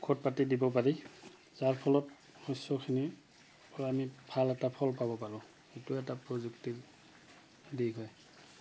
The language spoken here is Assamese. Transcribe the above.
ঔষধ পাতি দিব পাৰি যাৰ ফলত শস্যখিনিৰ পৰা আমি ভাল এটা ফল পাব পাৰোঁ সেইটো এটা প্ৰযুক্তিৰ দিশ হয়